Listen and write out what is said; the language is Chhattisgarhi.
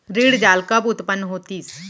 ऋण जाल कब उत्पन्न होतिस?